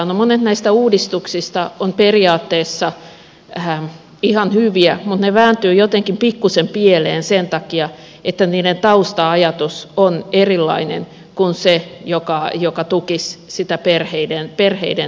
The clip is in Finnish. no monet näistä uudistuksista ovat periaatteessa ihan hyviä mutta ne vääntyvät jotenkin pikkusen pieleen sen takia että niiden tausta ajatus on erilainen kuin se joka tukisi sitä perheiden elämänhallintaa